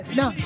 no